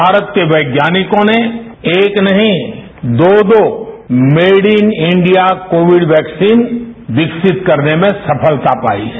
भारत के वैज्ञानिकों ने एक नहीं दो दो made in India Covid vaccine विकसित करने में सफलता पाई है